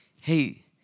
hey